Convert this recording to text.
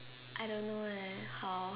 I don't know leh how